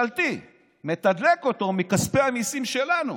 מתדלק אותו מכספי המיסים שלנו.